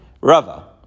Rava